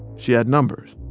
she had numbers.